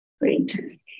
Great